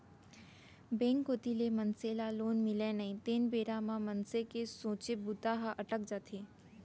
bank कोती ले मनसे ल लोन मिलय नई तेन बेरा म मनसे के सोचे बूता ह अटक जाथे